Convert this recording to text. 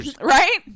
Right